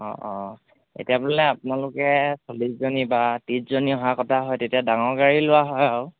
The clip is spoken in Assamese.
অঁ অঁ এতিয়া বোলে আপোনালোকে চল্লিছজনী বা ত্ৰিছজনী অহা কথা হয় তেতিয়া ডাঙৰ গাড়ী লোৱা হয় আ